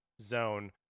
zone